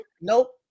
Nope